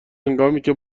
هنگامیکه